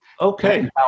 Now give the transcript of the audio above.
Okay